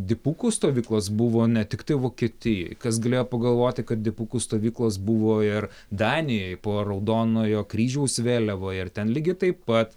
dipukų stovyklos buvo ne tiktai vokietijoj kas galėjo pagalvoti kad dipukų stovyklos buvo ir danijoj po raudonojo kryžiaus vėliava ir ten lygiai taip pat